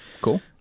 Cool